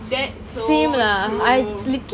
that's so true